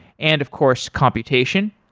and of course, computation.